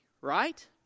Right